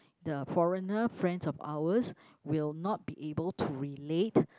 the foreigner friends of ours will not be able to relate